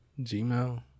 gmail